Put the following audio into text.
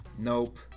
Nope